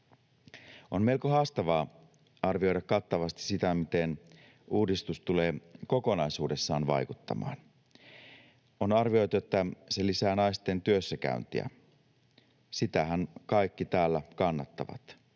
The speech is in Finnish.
On melko haastavaa arvioida kattavasti sitä, miten uudistus tulee kokonaisuudessaan vaikuttamaan. On arvioitu, että se lisää naisten työssäkäyntiä — sitähän kaikki täällä kannattavat.